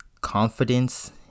confidence